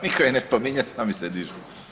Nitko je ne spominje sami se dižu.